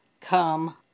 come